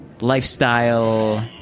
lifestyle